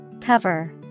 cover